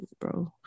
bro